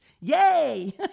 Yay